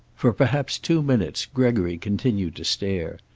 for perhaps two minutes gregory continued to stare.